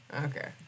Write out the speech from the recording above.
Okay